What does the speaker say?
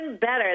better